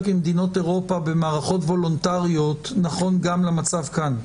ממדינות אירופה במערכות וולונטריות נכון גם למצב כאן.